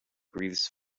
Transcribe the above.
breathes